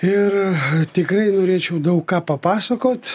ir tikrai norėčiau daug ką papasakot